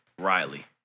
Riley